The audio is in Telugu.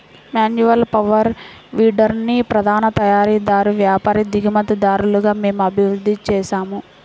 మాన్యువల్ పవర్ వీడర్ని ప్రధాన తయారీదారు, వ్యాపారి, దిగుమతిదారుగా మేము అభివృద్ధి చేసాము